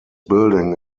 building